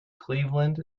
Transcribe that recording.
cleveland